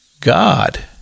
God